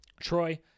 troy